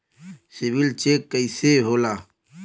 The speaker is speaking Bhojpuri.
सिबिल चेक कइसे होला?